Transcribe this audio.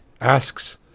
asks